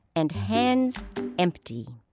and hands empty